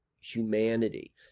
humanity